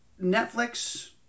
Netflix